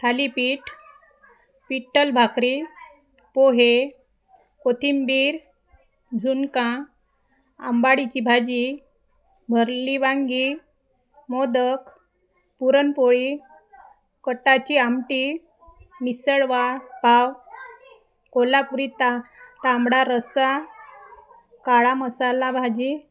थालीपीठ पिठलं भाकरी पोहे कोथिंबीर झुणका आंबाडीची भाजी भरली वांगी मोदक पुरणपोळी कटाची आमटी मिसळ वा पाव कोल्हापुरी ता तांबडा रस्सा काळा मसाला भाजी